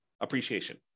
appreciation